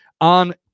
on